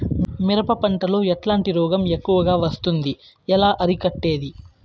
మిరప పంట లో ఎట్లాంటి రోగం ఎక్కువగా వస్తుంది? ఎలా అరికట్టేది?